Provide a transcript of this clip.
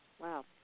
Wow